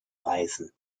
reißen